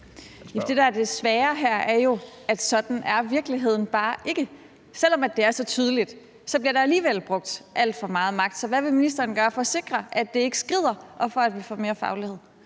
det svære her, er jo, at sådan er virkeligheden bare ikke. Selv om det er så tydeligt, bliver der alligevel brugt alt for meget magt. Så hvad vil ministeren gøre for at sikre, at det ikke skrider, og for, at vi får mere faglighed?